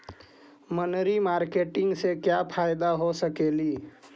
मनरी मारकेटिग से क्या फायदा हो सकेली?